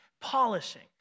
polishing